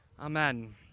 amen